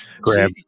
grab